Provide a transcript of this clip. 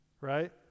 right